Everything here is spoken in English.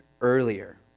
earlier